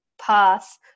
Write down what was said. path